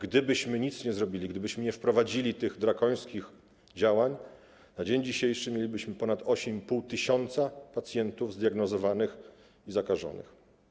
Gdybyśmy nic nie zrobili, gdybyśmy nie wprowadzili tych drakońskich działań, na dzień dzisiejszy mielibyśmy ponad 8,5 tys. pacjentów zdiagnozowanych i zakażonych.